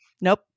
Nope